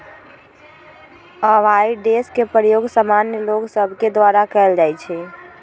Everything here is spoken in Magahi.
अवॉइडेंस के प्रयोग सामान्य लोग सभके द्वारा कयल जाइ छइ